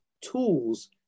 tools